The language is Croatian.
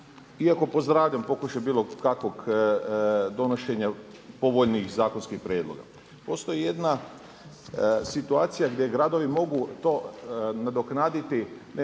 iako pozdravljam pokušaj bilo kakvog donošenja povoljnijih zakonskih prijedloga. Postoji jedna situacija gdje gradovi mogu to nadoknaditi, ne